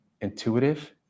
intuitive